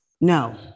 No